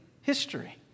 history